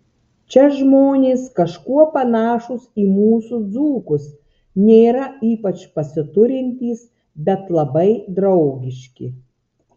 čia žmonės kažkuo panašūs į mūsų dzūkus nėra ypač pasiturintys bet labai draugiški